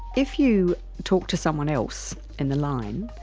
if you talk to someone else in the line,